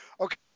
Okay